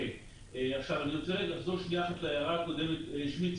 רוצה לחזור להערה הקודמת של